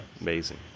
amazing